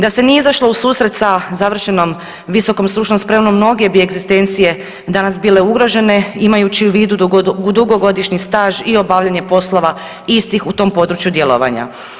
Da se nije izašlo u susret sa završenom visokom stručnom spremom mnoge bi egzistencije danas bile ugrožene imajući u vidu dugogodišnji staž i obavljanje poslova istih u tom području djelovanja.